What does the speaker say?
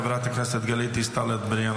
חברת הכנסת גלית דיסטל אטבריאן,